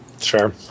Sure